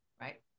right